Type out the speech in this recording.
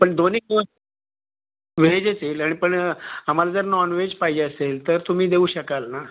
पण दोन्ही दिवस व्हेजच येईल आणि पण आम्हाला जर नॉन वेज पाहिजे असेल तर तुम्ही देऊ शकाल ना